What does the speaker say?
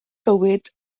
bywyd